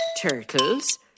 turtles